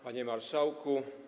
Panie Marszałku!